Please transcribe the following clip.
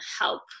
help